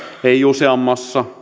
ei useampi